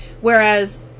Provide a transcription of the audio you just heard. Whereas